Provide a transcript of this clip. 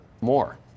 more